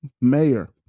mayor